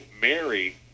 Mary